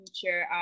future